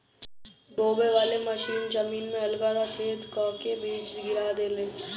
बोवे वाली मशीन जमीन में हल्का सा छेद क के बीज गिरा देले